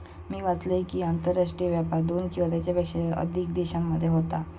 मी वाचलंय कि, आंतरराष्ट्रीय व्यापार दोन किंवा त्येच्यापेक्षा अधिक देशांमध्ये होता